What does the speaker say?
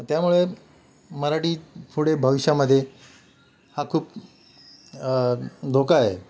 त्यामुळे मराठी पुढे भविष्यामध्ये हा खूप धोका आहे